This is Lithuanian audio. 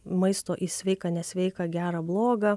maisto į sveiką nesveiką gerą blogą